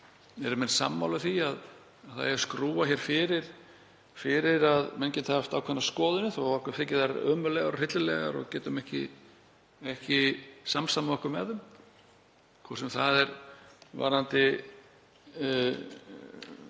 Eru menn sammála því að skrúfa hér fyrir að menn geti haft ákveðnar skoðanir þó að okkur þyki þær ömurlegar og hryllilegar og getum ekki samsamað okkur með þeim, hvort sem það er varðandi